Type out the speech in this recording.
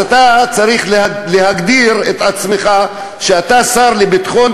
אז אתה צריך להגדיר את עצמך שאתה שר לביטחון